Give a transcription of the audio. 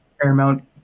Paramount